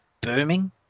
booming